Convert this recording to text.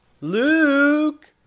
Luke